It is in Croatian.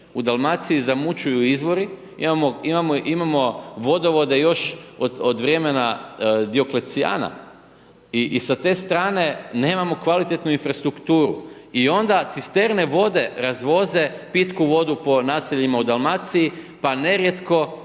u Dalmaciji zamućuju izvori, imamo vodovode još od vremena Dioklecijana i sa te strane nemamo kvalitetnu infrastrukturu i onda cisterne vode razvoze pitku vodu po naseljima u Dalmaciji, pa nerijetko